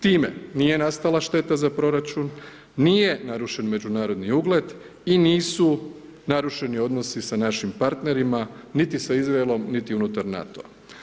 Time nije nastala šteta za proračun, nije narušen međunarodni ugled i nisu narušeni odnosi sa našim partnerima, niti sa Izraelom niti unutar NATO-a.